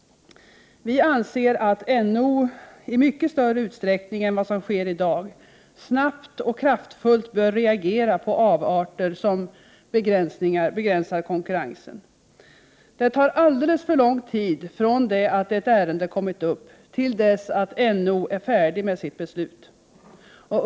Vi anser att NO, i mycket större utsträckning än som i dag sker, snabbt och kraftfullt bör reagera på avarter som begränsar konkurrensen. Det tar alldeles för lång tid från det att ett ärende kommit upp till dess att NO är färdig med sitt beslut.